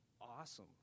awesome